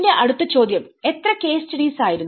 എന്റെ അടുത്ത ചോദ്യം എത്ര കേസ് സ്റ്റഡീസ്ആയിരുന്നു